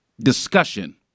discussion